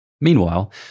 Meanwhile